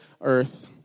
earth